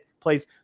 place